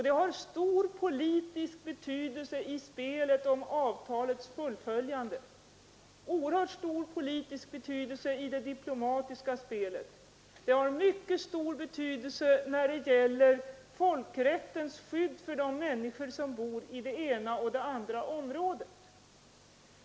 Det har stor politisk betydelse i spelet om avtalets fullföljande, oerhört stor politisk betydelse i det diplomatiska spelet och mycket stor betydelse när det gäller folkrättens skydd för de människor som bor i det ena och det andra området.